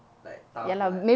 like tough [what]